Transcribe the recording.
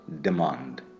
demand